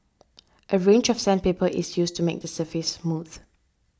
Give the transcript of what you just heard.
a range of sandpaper is used to make the surface smooth